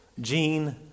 gene